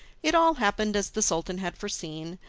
it all happened as the sultan had foreseen,